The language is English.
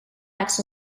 axe